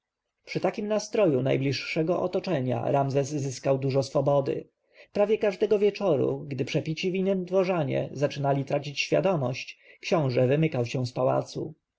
przy takim nastroju najbliższego otoczenia ramzes zyskał dużo swobody prawie każdego wieczora gdy przepici winem dworzanie zaczynali tracić świadomość książę wymykał się z pałacu